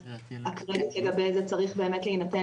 אז הקרדיט לגבי זה צריך באמת להינתן